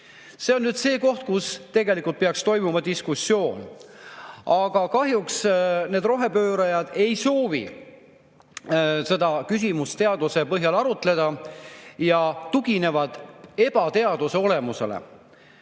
See on nüüd see koht, kus tegelikult peaks toimuma diskussioon. Aga kahjuks need rohepöörajad ei soovi seda küsimust teaduse põhjal arutada ja tuginevad ebateaduse olemusele,